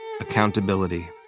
Accountability